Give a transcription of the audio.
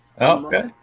okay